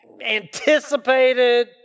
anticipated